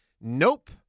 nope